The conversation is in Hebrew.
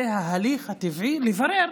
זה ההליך הטבעי לברר